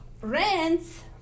rents